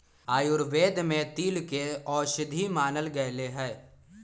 आयुर्वेद में तिल के औषधि मानल गैले है